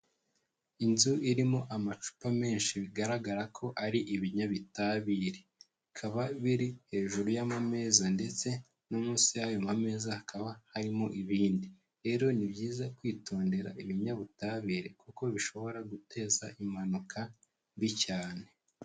Inzu irimo amacupa menshi bigaragara ko ari ibinyabitabire, bikaba biri hejuru y'amameza ndetse no munsi y'ayo ma meza hakaba harimo ibindi rero ni byiza kwitondera ibinyabutabire kuko bishobora guteza impanuka mbi cyane.